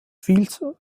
vielzahl